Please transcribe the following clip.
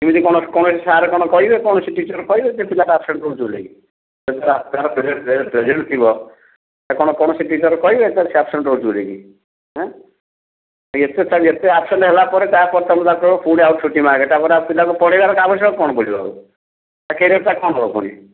ଏମିତି କ'ଣ କ'ଣ ଏମିତି ସାର୍ କ'ଣ କହିବେ କ'ଣ କୌଣସି ଟିଚର କହିବେ ଏ ପିଲାଟା ଆବସେଣ୍ଟ ରହୁଛି ବୋଲିକି ସିଏ ତା' ତା'ର ପ୍ରେଜେଣ୍ଟ ଥିବ ତାକୁ କ'ଣ କୌଣସି ଟିଚର କହିବେ ସେ ଆବସେଣ୍ଟ ରହୁଛି ବୋଲି କି ଅଁ ଏତେ ତ ଏତେ ଆବସେଣ୍ଟ ହେଲା ପରେ ତା'ପରେ ତୁମେ ତାକୁ କହିବ ପୁଣି ଆଉ ଛୁଟି ମାଗେ ତା'ପରେ ଆଉ ପିଲାକୁ ପଢ଼େଇବାର ଆବଶ୍ୟକ କ'ଣ ପଡ଼ିବ ଆଉ ତା' କ୍ୟାରିଅରଟା କ'ଣ ହେବ ପୁଣି